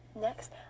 Next